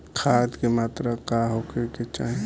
खाध के मात्रा का होखे के चाही?